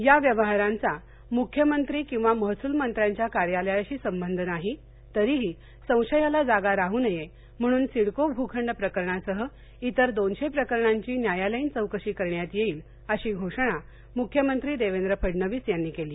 या व्यवहारांचा मुख्यमंत्री किंवा महसूलमंत्र्यांच्या कार्यालयाशी संबंध नाही तरीही संशयाला जागा राहू नये म्हणून सिडको भूबंड प्रकरणासह इतर दोनशे प्रकरणांची न्यायालयीन चौकशी करण्यात येईल अशी घोषणा मुख्यमंत्री देवेंद्र फडणवीस यांनी केली